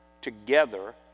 together